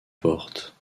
portes